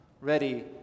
ready